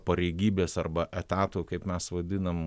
pareigybės arba etato kaip mes vadinam